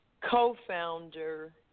co-founder